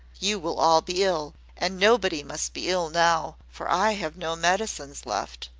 you will all be ill and nobody must be ill now, for i have no medicines left.